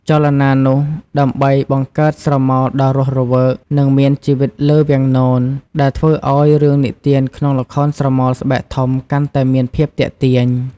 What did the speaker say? ចលនានោះ ដើម្បីបង្កើតស្រមោលដ៏រស់រវើក និងមានជីវិតលើវាំងនន ដែលធ្វើឲ្យរឿងនិទានក្នុងល្ខោនស្រមោលស្បែកធំកាន់តែមានភាពទាក់ទាញ។